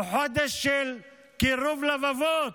הוא חודש של קירוב לבבות.